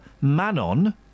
Manon